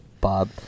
Bob